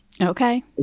Okay